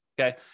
okay